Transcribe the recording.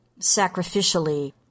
sacrificially